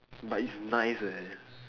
but it's nice eh